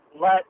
let